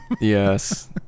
Yes